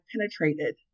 penetrated